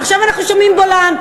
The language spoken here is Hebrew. עכשיו אנחנו שומעים בולען.